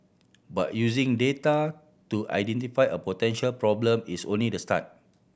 but using data to identify a potential problem is only the start